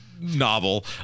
novel